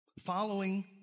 Following